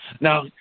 Now